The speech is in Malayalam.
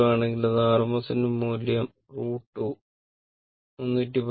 എസി 220 ആണെങ്കിൽ അത് RMS മൂല്യം എന്നാണ്